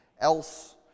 else